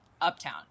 uptown